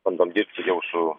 bandom dirbti jau su